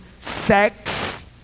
sex